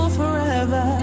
forever